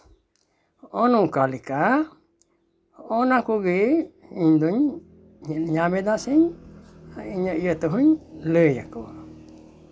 ᱦᱚᱸᱜᱼᱚ ᱱᱚᱝᱠᱟ ᱞᱮᱠᱟ ᱦᱚᱸᱜᱼᱚ ᱱᱟ ᱠᱚᱜᱮ ᱤᱧ ᱫᱩᱧ ᱧᱮᱞ ᱧᱟᱢᱮᱫᱟ ᱥᱮ ᱤᱧᱟᱹᱜ ᱤᱭᱟᱹ ᱛᱮᱦᱚᱧ ᱞᱟᱹᱭ ᱟᱠᱚᱣᱟ